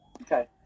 okay